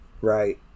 right